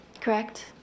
Correct